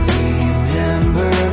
remember